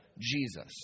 Jesus